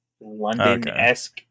London-esque